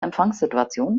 empfangssituation